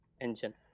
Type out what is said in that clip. engine